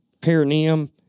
perineum